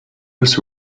was